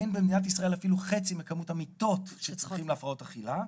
אין במדינת ישראל אפילו חצי מכמות המיטות שצריכים להפרעות אכילה.